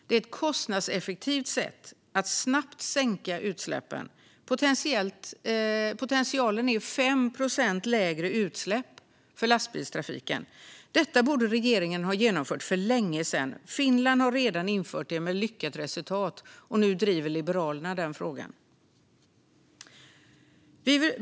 Det är ett kostnadseffektivt sätt att snabbt sänka utsläppen; potentialen är 5 procent lägre utsläpp för lastbilstrafiken. Detta borde regeringen ha genomfört för länge sedan. Finland har redan infört det med lyckat resultat, och nu driver Liberalerna frågan.